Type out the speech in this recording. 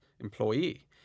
employee